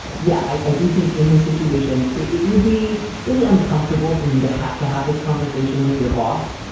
yeah, i i do think in this situation it would be really uncomfortable for you to have to have this conversation with your boss.